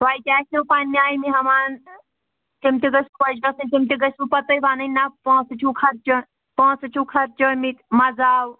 تۄہہِ تہِ آسیو پنٛنہِ آیہِ مہمان تِم تہِ گٔژھ خۄش گٔژھٕنۍ تِم تہِ گٔژھِنو پَتہٕ تۄہہِ وَنٕنۍ نہ پونٛسہٕ چھُو خرچہِ پونٛسہٕ چھُو خرچٲمٕتۍ مَزٕ آو